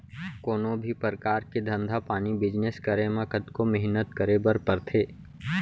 कोनों भी परकार के धंधा पानी बिजनेस करे म कतको मेहनत करे बर परथे